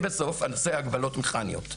לבסוף, בנושא הגבלות מכניות: